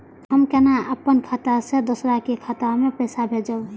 हम केना अपन खाता से दोसर के खाता में पैसा भेजब?